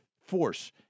force